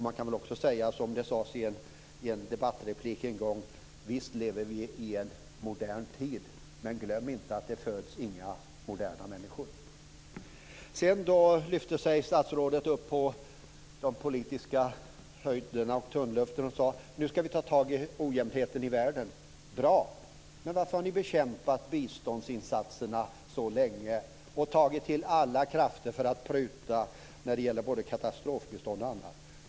Man kan väl också säga, som det sades i en debattreplik en gång: Visst lever vi i en modern tid, men glöm inte att det föds inga moderna människor. Sedan lyfte sig statsrådet upp till de politiska höjderna av tumlöften och sade: Nu ska vi ta tag i orättvisorna i världen. Bra! Men varför har ni bekämpat biståndsinsatserna så länge och tagit till alla krafter för att pruta när det gäller både katastrofbistånd och annat?